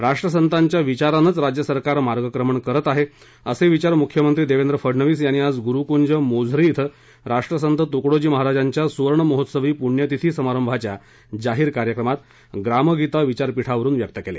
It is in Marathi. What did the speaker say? राष्ट्रसंतांच्या विचारानंच राज्य सरकार मार्गक्रमण करत आहे असे विचार मुख्यमंत्री देवेंद्र फडणवीस यांनी आज गुरुकूंज मोझरी िव्व राष्ट्रसंत तुकडोजी महाराजांच्या सुवर्णमहोत्सवी पुण्यतिथी समारंभाच्या जाहीर कार्यक्रमात ग्रामगीता विचारपीठावरून व्यक्त केले